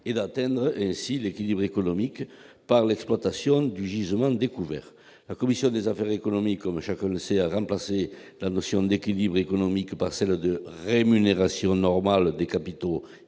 et d'atteindre ainsi l'équilibre économique par l'exploitation du gisement découvert. Notre commission des affaires économiques, comme chacun le sait, a remplacé la notion d'« équilibre économique » par celle de « rémunération normale des capitaux